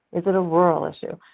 is it a rural issue?